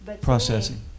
processing